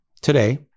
today